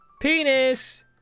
Penis